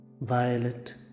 Violet